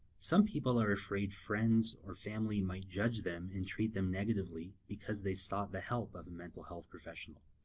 some people are afraid friends or family might judge them or and treat them negatively because they sought the help of a mental health professional.